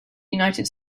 united